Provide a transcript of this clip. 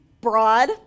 broad